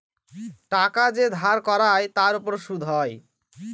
টাকা যে ধার করায় তার উপর সুদ হয়